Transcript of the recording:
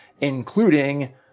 including